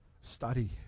Study